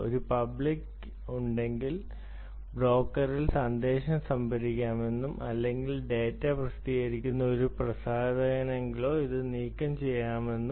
ഒരു പബ്ലിക് ഉണ്ടെങ്കിൽ ബ്രോക്കറിൽ സന്ദേശം സംഭരിക്കണമെന്നും അല്ലെങ്കിൽ ഡാറ്റ പ്രസിദ്ധീകരിക്കുന്ന ഒരു പ്രസാധകനുണ്ടെങ്കിൽ അത് നീക്കംചെയ്യണമെന്നും